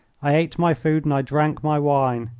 i ate my food and i drank my wine,